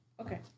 Okay